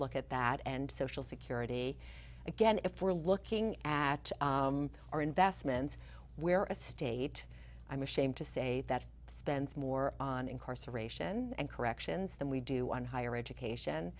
look at that and social security again if we're looking at our investments where a state i'm ashamed to say that spends more on incarceration and corrections than we do on higher education